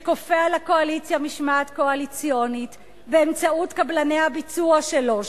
שכופה על הקואליציה משמעת קואליציונית באמצעות קבלני הביצוע שלו,